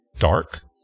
dark